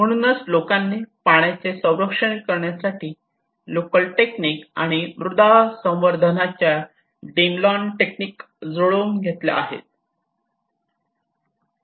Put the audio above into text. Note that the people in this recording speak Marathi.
म्हणूनच लोकांनी पाण्याचे संरक्षण करण्यासाठी लोकल टेक्निक आणि मृदा संवर्धनाच्या डॅमलॉन टेक्निक जुळवून घेतल्या आहेत